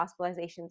hospitalizations